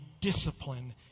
discipline